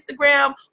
Instagram